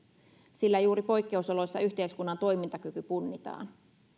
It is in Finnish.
sillä juuri poikkeusoloissa yhteiskunnan toimintakyky punnitaan